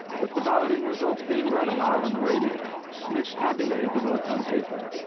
with the balloting results being read aloud on the radio, smith tabulated the votes on paper,